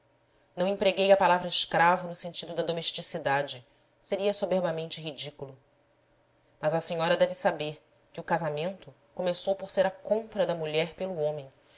não empreguei a palavra escravo no sentido da domesticidade seria soberbamente ridículo mas a senhora deve saber que o casamento começou por ser a compra da mulher pelo homem